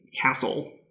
castle